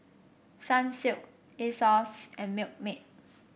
Sunsilk Asos and Milkmaid